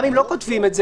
גם אם לא כותבים את זה,